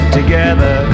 together